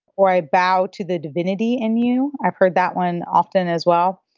or i bow to the divinity in you. i've heard that one often as well.